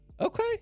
okay